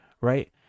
right